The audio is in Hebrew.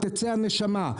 תצא הנשמה.